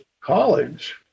college